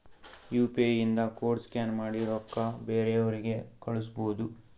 you P I ಇಂದ code scan ಮಾಡಿ ರೊಕ್ಕಾ ಬೇರೆಯವ್ರಿಗಿ ಕಳುಸ್ಬೋದ್